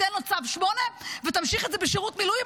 תן לו צו 8 ותמשיך את זה בשירות מילואים,